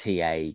TA